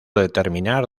determinar